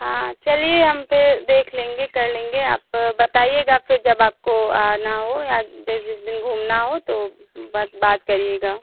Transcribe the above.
हाँ चलिए हम फिर देख लेंगे कर लेंगे आप बताइएगा फिर जब आपको आना हो या जो जिस दिन घूमना हो तो बात करिएगा